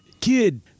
kid